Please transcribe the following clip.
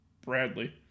Bradley